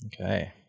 Okay